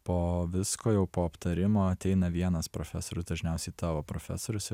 po visko jau po aptarimo ateina vienas profesorius dažniausiai tavo profesorius